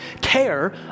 care